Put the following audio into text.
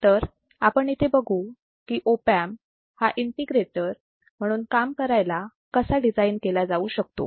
तर आपण येथे बघू की ऑप अँप हा इंटिग्रेटर म्हणून काम करायला कसा डिझाईन केला जाऊ शकतो